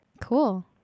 Cool